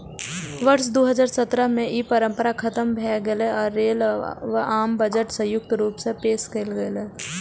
वर्ष दू हजार सत्रह मे ई परंपरा खतम भए गेलै आ रेल व आम बजट संयुक्त रूप सं पेश कैल गेलै